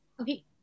Okay